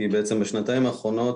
כי בשנתיים האחרונות,